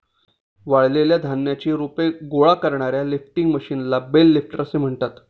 वाळलेल्या धान्याची रोपे गोळा करणाऱ्या लिफ्टिंग मशीनला बेल लिफ्टर असे म्हणतात